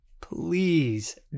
Please